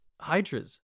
Hydras